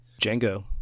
Django